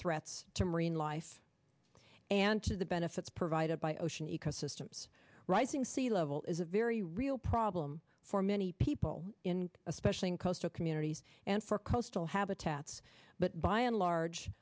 threats to marine life and to the benefits provided by ocean ecosystems i think sea level is a very real problem for many people in especially in coastal communities and for coastal habitats but by and